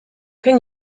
can